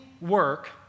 work